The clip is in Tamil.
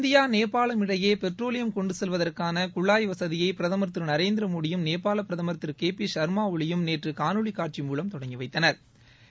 இந்தியா நேபாள் இடையே பெட்ரோலியம் கொண்டு செல்வதற்கான குழாய் வகதியை பிரதம் திரு நரேந்திமோடியும் நேபாளப் பிரதமர் திரு கே பி ச்மா ஒளியும் நேற்று காணொலி காட்சி மூலம் தொடங்கி வைத்தனா்